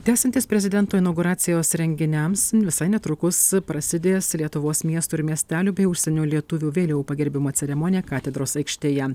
tęsiantis prezidento inauguracijos renginiams visai netrukus prasidės lietuvos miestų ir miestelių bei užsienio lietuvių vėliavų pagerbimo ceremonija katedros aikštėje